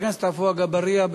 חבר הכנסת עפו אגבאריה,